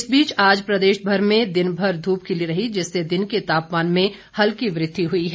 इस बीच आज प्रदेश में दिनभर धूप खिली रही है जिससे दिन के तापमान में हल्की वृद्धि हुई है